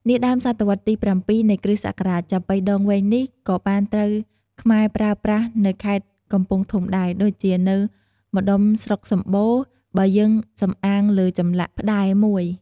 នាដើមសតវត្សរ៍ទី៧ នៃគ្រិស្តសករាជ ចាប៉ីដងវែងនេះក៏បានត្រូវខ្មែរប្រើប្រាស់នៅខេត្តកំពង់ធំដែរ ដូចជានៅម្តុំស្រុកសម្បូរ បើយើងសំអាងលើចម្លាក់ផ្តែរមួយ។